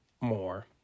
more